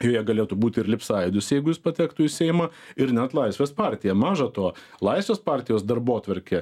joje galėtų būti ir libsąjūdis jeigu jis patektų į seimą ir net laisvės partija maža to laisvės partijos darbotvarkė